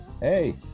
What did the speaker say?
Hey